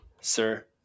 sir